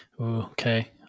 Okay